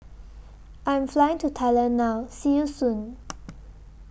I'm Flying to Thailand now See YOU Soon